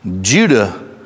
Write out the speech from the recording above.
Judah